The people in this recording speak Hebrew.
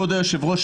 כבוד היושב-ראש,